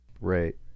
Right